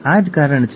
આ ભારતમાં છે